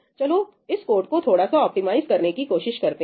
चलो इस कोड को थोड़ा सा ऑप्टिमाइज़ करने की कोशिश करते हैं